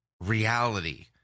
reality